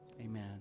Amen